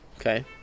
Okay